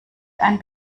ein